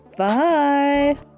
bye